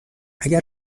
اگر